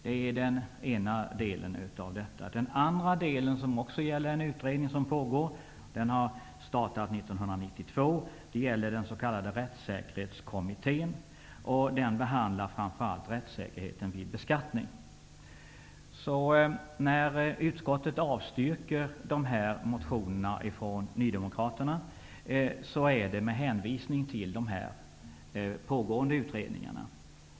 Det är den ena delen av detta. Den andra delen gäller en pågående utredning, som startade 1992. Det är den s.k. Rättssäkerhetskommittén, som framför allt behandlar rättssäkerheten vid beskattning. När utskottet avstyrker dessa motioner från Nydemokraterna sker det med hänvisning till dessa pågående utredningar.